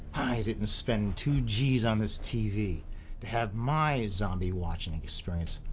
i didn't spend two g's on this tv to have my zombie watching experience,